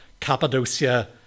Cappadocia